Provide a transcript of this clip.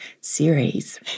series